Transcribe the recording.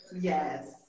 Yes